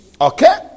Okay